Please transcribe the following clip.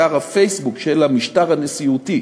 באתר הפייסבוק של המשטר הנשיאותי,